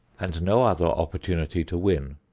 and no other opportunity to win,